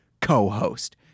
co-host